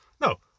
No